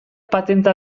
patenta